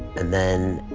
and then